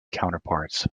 counterparts